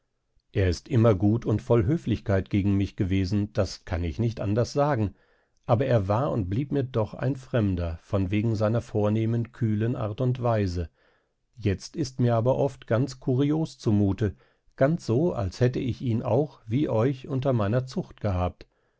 er ist immer gut und voll höflichkeit gegen mich gewesen das kann ich nicht anders sagen aber er war und blieb mir doch ein fremder von wegen seiner vornehmen kühlen art und weise jetzt ist mir aber oft ganz kurios zu mute ganz so als hätte ich ihn auch wie euch unter meiner zucht gehabt